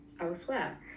elsewhere